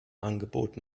angebot